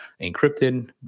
encrypted